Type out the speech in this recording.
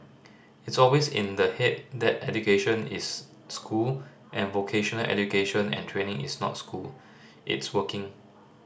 it's always in the head that education is school and vocational education and training is not school it's working